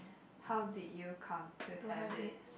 how did you come to have it